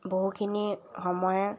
বহুখিনি সময়